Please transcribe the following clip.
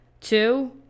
Two